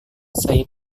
saya